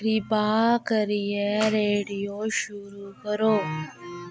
किरपा करियै रेडियो शुरू करो